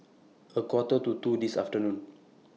A Quarter to two This afternoon